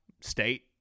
state